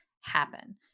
happen